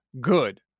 good